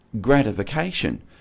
gratification